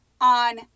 on